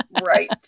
Right